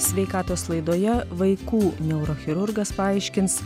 sveikatos laidoje vaikų neurochirurgas paaiškins